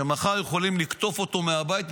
שמחר יכולים לקטוף אותו מהבית,